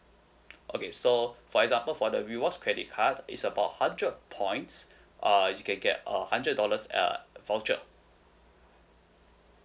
okay so for example for the rewards credit card is about hundred points uh you can get a hundred dollars err voucher